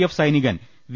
F സൈനികൻ V